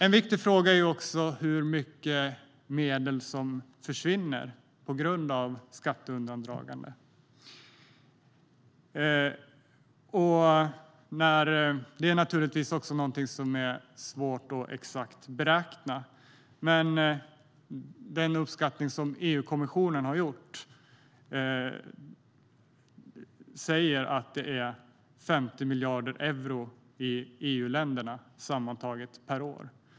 En viktig fråga är också hur mycket medel som försvinner på grund av skatteundandragande. Det är naturligtvis också någonting som är svårt att exakt beräkna, men den uppskattning som EU-kommissionen har gjort säger att det är 50 miljarder euro i EU-länderna sammantaget per år.